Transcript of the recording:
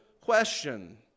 question